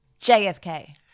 JFK